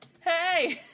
Hey